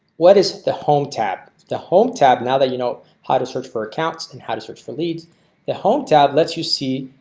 what is the home tab the home tab now that you know how to search for accounts and how to search for leads the home tab lets you see